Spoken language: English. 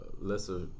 lesser